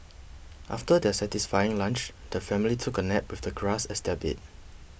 after their satisfying lunch the family took a nap with the grass as their bed